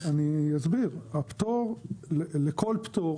לכל פטור